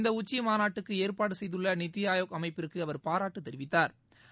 இந்தஉச்சிமாநாட்டுக்குஏற்பாடுசெய்துள்ளநித்திஆயோக் அமைப்பிற்குஅவா் பாராட்டுதெரிவித்தாா்